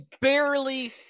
barely